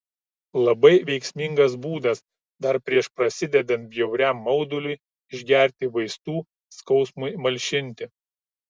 labai veiksmingas būdas dar prieš prasidedant bjauriam mauduliui išgerti vaistų skausmui malšinti